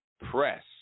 press